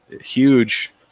Huge